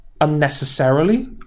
Unnecessarily